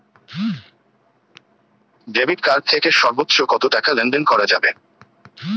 Debit card থেকে সর্বোচ্চ কত টাকা লেনদেন করা যাবে?